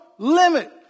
Limit